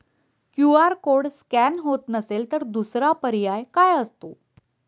QR code scan होत नसेल तर दुसरा पर्याय काय असतो?